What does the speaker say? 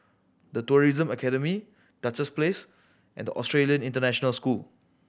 The Tourism Academy Duchess Place and Australian International School